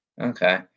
Okay